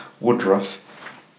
Woodruff